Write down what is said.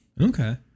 okay